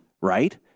right